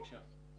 בבקשה.